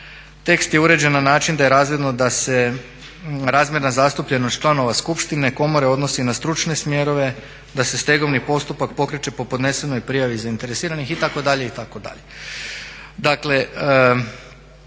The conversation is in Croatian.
Tekst je uređen na način da je razvidno da se razmjerna zastupljenost članova skupštine komore odnosi na stručne smjerove, da se stegovni postupak pokreće po podnesenoj prijavi zainteresiranih itd.,